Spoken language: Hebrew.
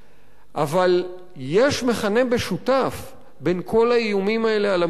אבל יש מכנה משותף לכל האיומים האלה על המרחב הדמוקרטי,